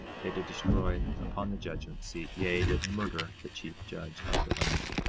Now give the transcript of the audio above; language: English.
they did destroy upon the judgment seat, yea, did murder the chief judge of the land.